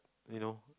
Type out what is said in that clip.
you know